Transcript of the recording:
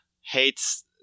hates